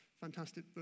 fantastic